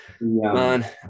Man